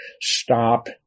stop